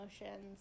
emotions